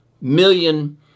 million